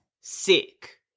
sick